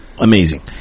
Amazing